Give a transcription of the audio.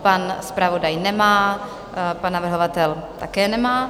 Pan zpravodaj nemá, pan navrhovatel také nemá.